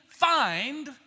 Find